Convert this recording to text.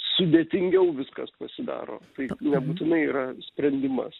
sudėtingiau viskas pasidaro tai nebūtinai yra sprendimas